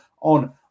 on